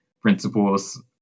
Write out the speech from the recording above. principles